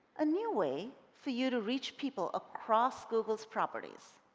a new way for you to reach people across google's properties